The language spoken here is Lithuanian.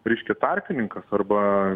reiškia tarpininkas arba